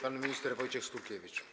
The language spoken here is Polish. Pan minister Wojciech Skurkiewicz.